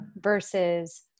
versus